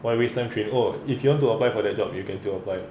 why waste time train oh if you want to apply for the job you can still apply